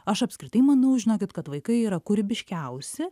aš apskritai manau žinokit kad vaikai yra kūrybiškiausi